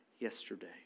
Yesterday